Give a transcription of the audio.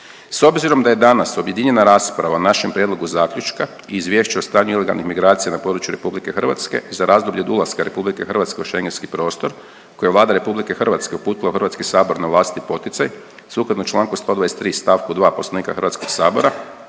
S obzirom da je danas objedinjena rasprava o našem prijedlogu zaključka izvješće o stanju ilegalnih migracija na području Republike Hrvatske za razdoblje od ulaska Republike Hrvatske u Schengenski prostor koji je Vlada Republike Hrvatske uputila u Hrvatski sabor na vlastiti poticaj sukladno članku 123. stavku 2. Poslovnika Hrvatskog sabora